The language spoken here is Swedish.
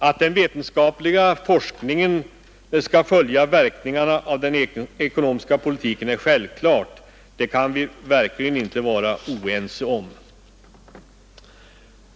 Att den vetenskapliga forskningen skall följa verkningarna av den ekonomiska politiken är självklart. Det kan vi verkligen inte vara oense om.